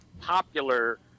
popular